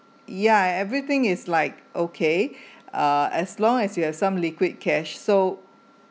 ya everything is like okay uh as long as you have some liquid cash so